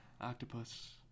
octopus